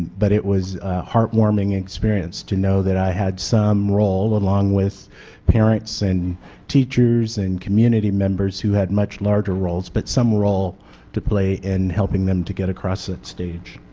but it was a heartwarming experience to know that i had some role along with parents, and teachers and community members who have much larger roles, but some role to play in helping them to get across that stage.